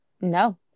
no